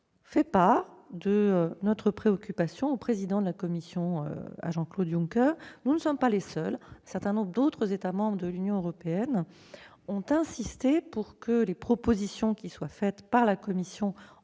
fait part de notre préoccupation au président de la Commission, Jean-Claude Juncker. Nous ne sommes d'ailleurs pas les seuls ; un certain nombre d'autres États membres de l'Union européenne ont insisté pour que les propositions formulées par la Commission en